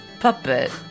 puppet